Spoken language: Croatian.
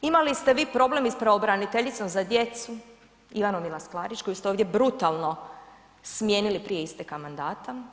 Imali ste vi problem i sa pravobraniteljicom za djecu Ivanu Milas Klarić koju ste ovdje brutalno smijenili prije isteka mandata.